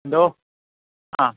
എന്തോ ആ